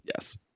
yes